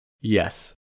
Yes